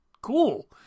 cool